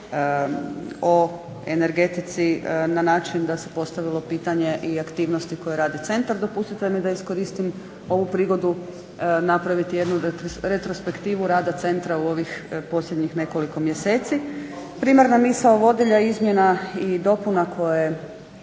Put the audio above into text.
o energetici na način da se postavilo pitanje i aktivnosti koje radi centar. Dopustite mi da iskoristim ovu prigodu napraviti jednu retrospektivu rada centra u ovih posljednjih nekoliko mjeseci. Primarna misao vodilja izmjena i dopuna koje